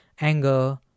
anger